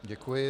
Děkuji.